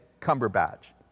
Cumberbatch